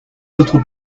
notre